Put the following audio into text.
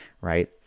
right